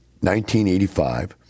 1985